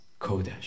kodesh